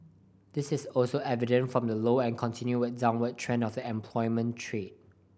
this is also evident from the low and continued downward trend of the unemployment trade